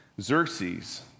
Xerxes